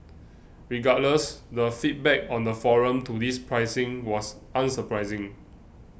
regardless the feedback on the forum to this pricing was unsurprising